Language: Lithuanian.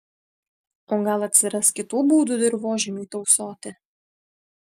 o gal atsiras kitų būdų dirvožemiui tausoti